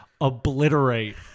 obliterate